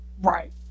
right